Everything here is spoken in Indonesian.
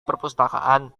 perpustakaan